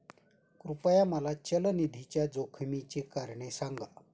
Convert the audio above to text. कृपया मला चल निधीच्या जोखमीची कारणे सांगा